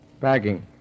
Packing